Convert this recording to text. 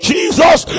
Jesus